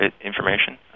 information